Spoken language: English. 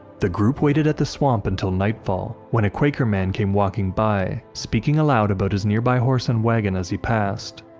the group waited at the swamp until nightfall, when a quaker man came walking by, speaking aloud about his nearby horse and wagon as he passed.